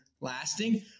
lasting